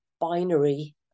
binary